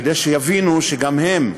כדי שיבינו שגם הם,